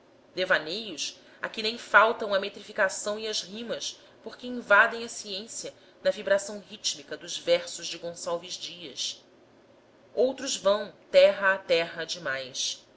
devaneios a que nem faltam a metrificação e as rimas porque invadem a ciência na vibração rítmica dos versos de gonçalves dias outros vão terra a terra demais